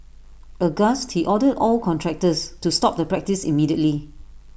aghast he ordered all contractors to stop the practice immediately